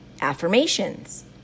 affirmations